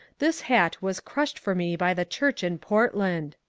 this hat was crushed for me by the church in portland!